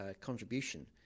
contribution